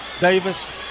Davis